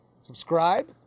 Subscribe